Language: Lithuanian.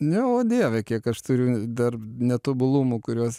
ne o dieve kiek aš turiu dar netobulumų kuriuos